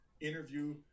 interview